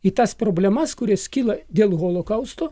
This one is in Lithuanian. į tas problemas kurias kyla dėl holokausto